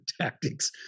tactics